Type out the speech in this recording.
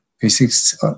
physics